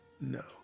no